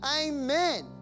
Amen